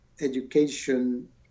education